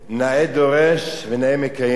נאה דורש ונאה מקיים.